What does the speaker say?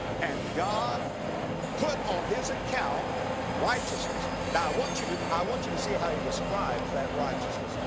and god put on his account righteousness. now i want you to, i want you to see how he describes that righteousness,